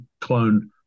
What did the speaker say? clone